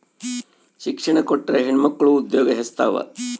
ಶಿಕ್ಷಣ ಕೊಟ್ರ ಹೆಣ್ಮಕ್ಳು ಉದ್ಯೋಗ ಹೆಚ್ಚುತಾವ